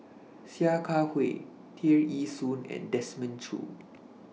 Sia Kah Hui Tear Ee Soon and Desmond Choo